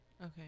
Okay